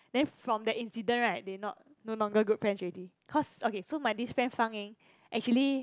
then from that incident right they not no longer good friends already cause okay so my this friend fang ying actually